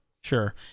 Sure